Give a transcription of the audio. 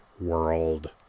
world